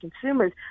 consumers